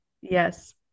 Yes